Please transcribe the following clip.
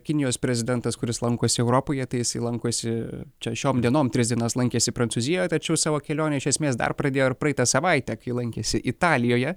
kinijos prezidentas kuris lankosi europoje tai jisai lankosi čia šiom dienom tris dienas lankėsi prancūzijoj tačiau savo kelionę iš esmės dar pradėjo ir praeitą savaitę kai lankėsi italijoje